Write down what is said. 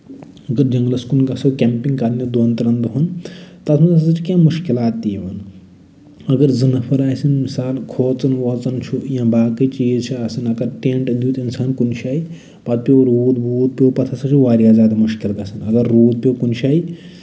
اگر جَنگلَس کُن گژھو کٮ۪مپِنگ کرنہِ دوٚن ترٮ۪ن دۄہَن تَتھ منٛز ہسا چھِ کیٚنہہ مُشکِلات تہِ یِوان اَگر زٕ نَفر آسٕنۍ مِثال کھوژُن ووٚژُن چھُ یا باقٕے چیٖز چھِ آسان اَگر ٹٮ۪نٹ دیُت اَگر کُنہِ جایہِ پتہٕ پٮ۪وٚو روٗد ووٗد پَتہٕ ہسا چھُ واریاہ زیادٕ مُشکِل گژھان اَگر روٗد پٮ۪وٚو کُنہِ جایہِ